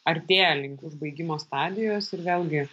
artėja link užbaigimo stadijos ir vėlgi